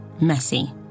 messy